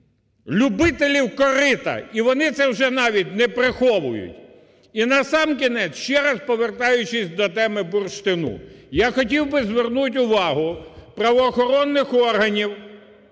любителів корита і вони це вже навіть не приховують. І насамкінець, ще раз повертаючись до теми бурштину. Я хотів би звернути увагу правоохоронних органів